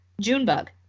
Junebug